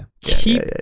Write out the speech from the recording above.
Keep